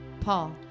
Paul